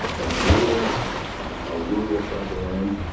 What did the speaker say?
and rural or rural tribal lands,